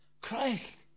Christ